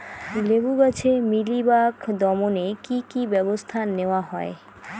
লেবু গাছে মিলিবাগ দমনে কী কী ব্যবস্থা নেওয়া হয়?